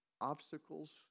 obstacles